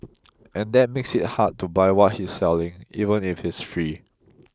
and that makes it hard to buy what he's selling even if it's free